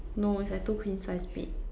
no it's like two queen size bed